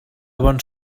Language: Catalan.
bons